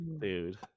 Dude